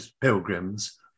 pilgrims